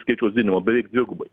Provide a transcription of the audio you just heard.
skaičiaus didinimą beveik dvigubai